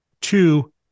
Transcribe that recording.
two